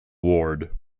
ward